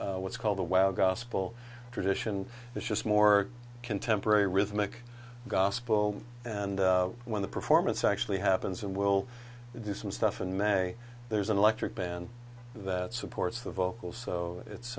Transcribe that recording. with what's called the well gospel tradition is just more contemporary rhythmic gospel and when the performance actually happens and we'll do some stuff in may there's an electric band that supports the vocal so it's